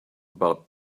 about